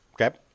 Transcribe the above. Okay